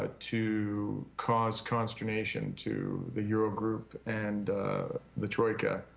ah to cause consternation to the eurogroup and the troika.